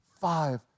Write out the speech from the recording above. five